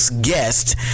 guest